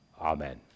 amen